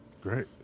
Great